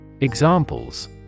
Examples